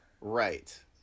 Right